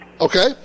Okay